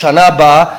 לשנה הבאה.